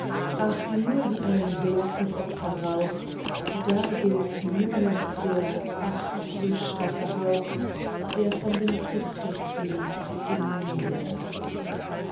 ach nur wie einen blassen opferrauch da gilt nur noch der ach so schwache hauch der von dem christus lebt in mir